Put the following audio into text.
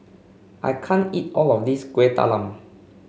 I can't eat all of this Kueh Talam